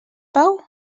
pau